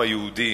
של העם היהודי,